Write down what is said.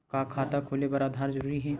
का खाता खोले बर आधार जरूरी हे?